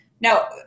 Now